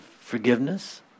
forgiveness